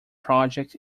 project